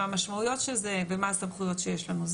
מה המשמעויות של זה ומה הסמכויות שיש לנו.